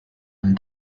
and